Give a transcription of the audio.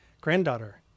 granddaughter